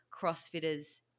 CrossFitters